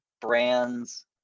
brands